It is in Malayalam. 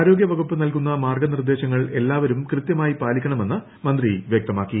ആരോഗ്യവകുപ്പ് നൽകുന്ന മാർഗ്ഗ നിർദ്ദേശങ്ങൾ എല്ലാവുരൂർ കൃത്യമായി പാലിക്കണമെന്ന് മന്ത്രി വൃക്തമാക്കി